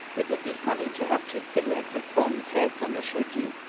it would be funny to have two silhouettes of bonze heads on the shoji.